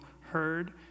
heard